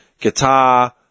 guitar